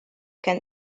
can